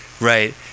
Right